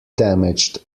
damaged